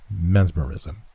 mesmerism